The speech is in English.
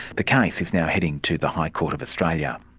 the case is now heading to the high court of australia.